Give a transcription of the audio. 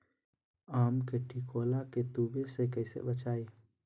आम के टिकोला के तुवे से कैसे बचाई?